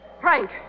Frank